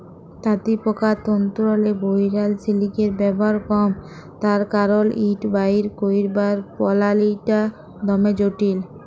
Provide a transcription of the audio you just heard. তাঁতিপকার তল্তুরলে বহিরাল সিলিকের ব্যাভার কম তার কারল ইট বাইর ক্যইরবার পলালিটা দমে জটিল